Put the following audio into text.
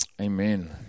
Amen